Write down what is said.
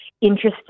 interested